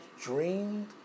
dreamed